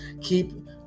keep